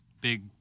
big